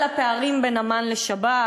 על הפערים בין אמ"ן לשב"כ?